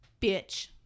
Bitch